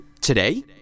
Today